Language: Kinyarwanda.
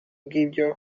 bw’ibyo